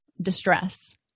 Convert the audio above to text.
distress